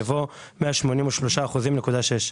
יבוא "183.6%".